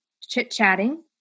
chit-chatting